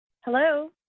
Hello